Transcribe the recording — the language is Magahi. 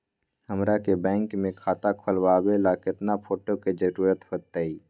हमरा के बैंक में खाता खोलबाबे ला केतना फोटो के जरूरत होतई?